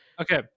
okay